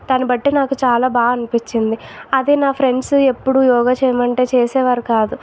దాన్ని బట్టి నాకు చాలా బాగా అనిపించింది అది నా ఫ్రెండ్స్ ఎప్పుడు యోగా చేయమంటే చేసేవారు కాదు